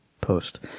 post